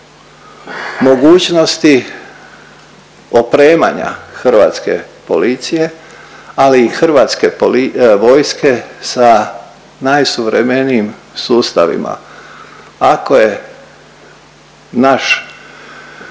mogućnosti opremanja hrvatske policije ali i hrvatske vojske sa najsuvremenijim sustavima ako je naš